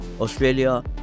Australia